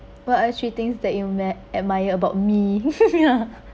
what are three things that you ad~ admire about me